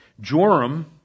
Joram